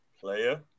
player